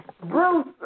Bruce